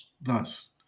Thus